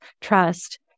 trust